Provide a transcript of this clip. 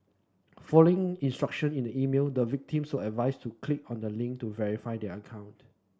following instruction in the email the victims a advised to click on the link to verify their account